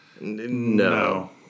No